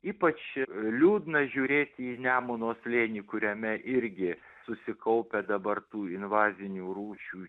ypač liūdna žiūrėti į nemuno slėnį kuriame irgi susikaupia dabar tų invazinių rūšių